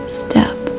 step